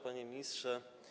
Panie Ministrze!